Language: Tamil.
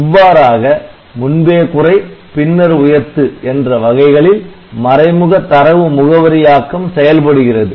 இவ்வாறாக முன்பே குறை பின்னர் உயர்த்து என்ற வகைகளில் மறைமுக தரவு முகவரியாக்கம் செயல்படுகிறது